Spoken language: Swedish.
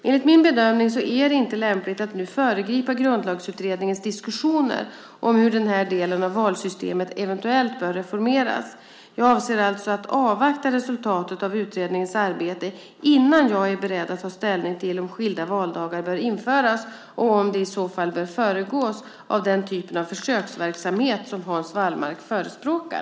Enligt min bedömning är det inte lämpligt att nu föregripa Grundlagsutredningens diskussioner om hur den här delen av valsystemet eventuellt bör reformeras. Jag avser alltså att avvakta resultatet av utredningens arbete innan jag är beredd att ta ställning till om skilda valdagar bör införas och om det i så fall bör föregås av den typen av försöksverksamhet som Hans Wallmark förespråkar.